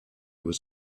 was